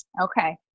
Okay